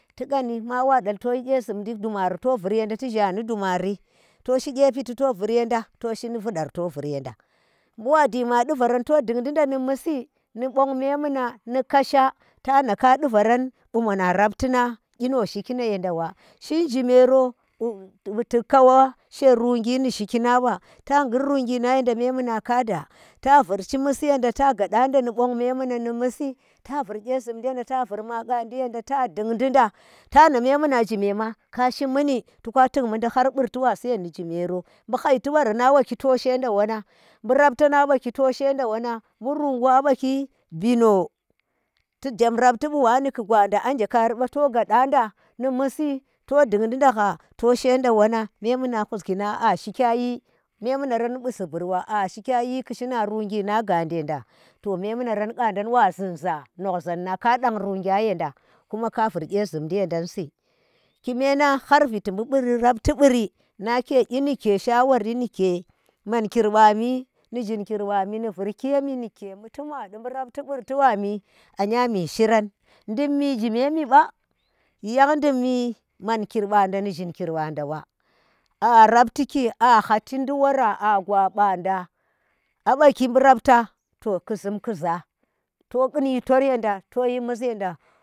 Ti ƙanni mawa dal to vur kyezum di dumari to vurye nda toshni ndi dumari. to shi ƙye piti to vurr yanda to shi ndi fudar to vur yennda mbu wa, jima ɗi varan to din ndinda nu musi nu bong me muna nu kasha, tana kadi varan, ɓu mona raptinang kyi no shi ki yennda na wa chin zgime ro bu tuk kawa she rungyi nyi chin shiki nang wa ta ghud rumngi na yennda me muna kaada, ta vur shir misi yennda ta gaɗɗan da nu bong memune ndi musi ta vur kye zumdi yanda ta vur maƙandi yanda ta ɗin di ɗa ta na memuna zhime ma khashi muni to ka tuk mudi har burti ɓa siyen ndi zyimero mbu hhaiti barana baki to shenda wanana, mbu raptina ɓa ki to shenda wanang, bu rungu aɓaki bino ti zham rapti ɓu wane to gwanda to shenda wanan memuna huskinan a shikya yi memunaran ɓu suburɓa a shikya yi ku shina rungi nang ganje nda to memunaran ƙandan wazunza nogzan ka ɗang rungina yenda kuma ka vur kyezum di yandansi kume nang har viti rabti buri nake inike shawari ndi mankir ɓami ndi zhinkir ɓami ndi vurki yami nuke ɓutunwadi ɓurapti burti ɓanu anya mi shiran dimmi zhimembi ɓa yan dimmi zhinkir ɓanda ndi mankir ɓanda ɓa a rabti ki a hachindi wara a gwa ɓan da a ɓaki mburaptan to ku zum ku za to ƙun yitor yanda to yi musi yenda.